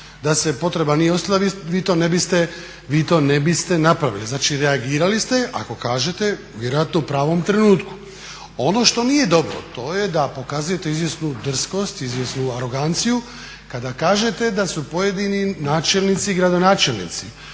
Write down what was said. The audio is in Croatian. Da se potreba nije osjetila vi to ne biste napravili, znači reagirali ste ako kažete vjerojatno u pravom trenutku. Ono što nije dobro, to je da pokazujete izvjesnu drskost, izvjesnu aroganciju kada kažete da su pojedini načelnici i gradonačelnici